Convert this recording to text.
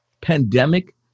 pandemic